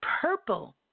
purple